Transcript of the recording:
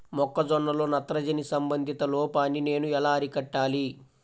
మొక్క జొన్నలో నత్రజని సంబంధిత లోపాన్ని నేను ఎలా అరికట్టాలి?